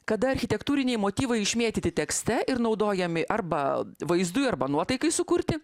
kada architektūriniai motyvai išmėtyti tekste ir naudojami arba vaizdui arba nuotaikai sukurti